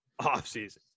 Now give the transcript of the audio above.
offseason